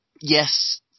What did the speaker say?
Yes